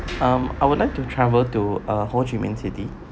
um I would like to travel to uh ho chi minh city